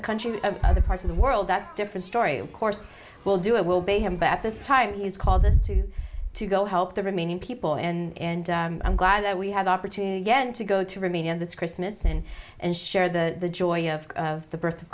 the country other parts of the world that's different story of course we'll do it will be him but at this time he has called us to to go help the remaining people and i'm glad that we have opportunity get to go to remain in this christmas and and share the joy of the birth of